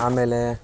ಆಮೇಲೆ